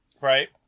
Right